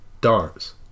darts